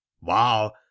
wow